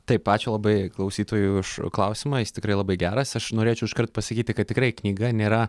taip ačiū labai klausytojui už klausimą jis tikrai labai geras aš norėčiau iškart pasakyti kad tikrai knyga nėra